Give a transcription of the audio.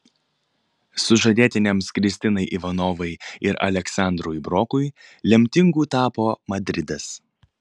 sužadėtiniams kristinai ivanovai ir aleksandrui brokui lemtingu tapo madridas